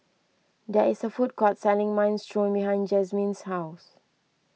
there is a food court selling Minestrone behind Jazmine's house